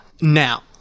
now